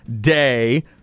day